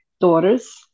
daughters